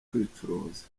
kwicuruza